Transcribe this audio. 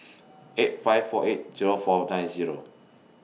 eight five four eight Zero four nine Zero